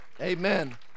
Amen